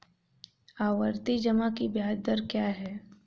आवर्ती जमा की ब्याज दर क्या है?